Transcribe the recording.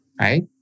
Right